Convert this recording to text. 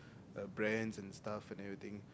uh brands and stuff and everything